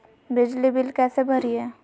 बिजली बिल कैसे भरिए?